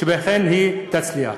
שאכן היא תצליח.